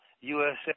USA